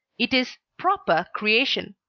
it is proper creation.